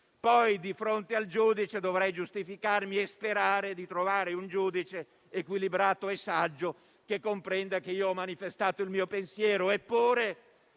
poi di fronte al giudice dovrei giustificarmi e sperare di trovarne uno equilibrato e saggio, che comprenda che ho manifestato il mio pensiero.